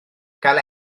gael